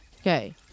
Okay